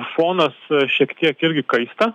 fonas šiek tiek irgi kaista